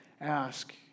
ask